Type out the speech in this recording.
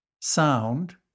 Sound